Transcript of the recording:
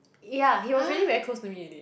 yeah he was really very close to me already